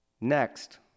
Next